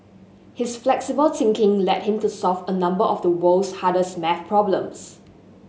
his flexible thinking led him to solve a number of the world's hardest maths problems